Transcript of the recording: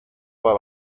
mal